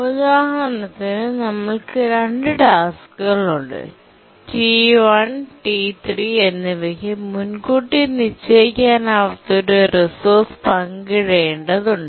ഉദാഹരണത്തിന് നമ്മൾക്കു 2 ടാസ്കുകളുണ്ട് ടി 1 ടി 3 എന്നിവക്ക് മുൻകൂട്ടി നിശ്ചയിക്കാനാവാത്ത ഒരു റിസോഴ്സ് പങ്കിടേണ്ടതുണ്ട്